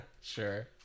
sure